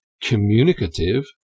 communicative